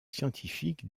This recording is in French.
scientifiques